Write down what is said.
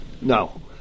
No